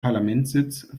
parlamentssitz